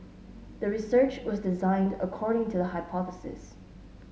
the research was designed according to the hypothesis